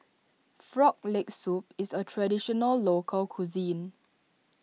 Frog Leg Soup is a Traditional Local Cuisine